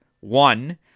one